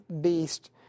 beast